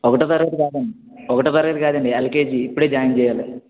ఒకటో తరగతి కాదండి ఒకటో తరగతి కాదండి ఎల్కేజి ఇప్పుడే జాయిన్ చెయ్యాలి